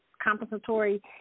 compensatory